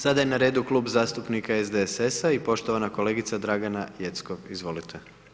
Sada je na redu Klub zastupnika SDSS-a i poštovana kolegica Draga Jeckov, izvolite.